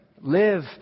Live